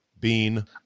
Bean